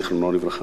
זיכרונו לברכה.